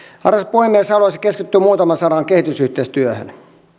puhemies haluaisin keskittyä muutamalla sanalla kehitysyhteistyöhön